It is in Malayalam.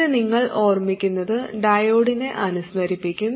ഇത് നിങ്ങൾ ഓർമിക്കുന്നത് ഡയോഡിനെ അനുസ്മരിപ്പിക്കും